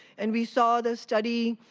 and we saw the study,